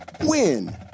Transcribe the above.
WIN